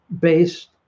based